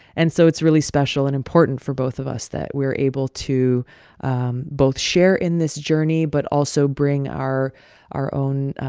and so it's really special and important for both of us that we're able to and both share in this journey but also bring our our own